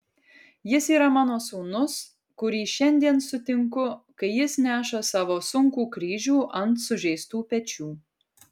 jis yra mano sūnus kurį šiandien sutinku kai jis neša savo sunkų kryžių ant sužeistų pečių